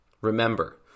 Remember